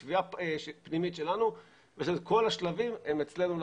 יש תביעה פנימית שלנו ולכן כל השלבים הם אצלנו לחלוטין.